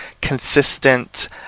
consistent